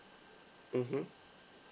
mmhmm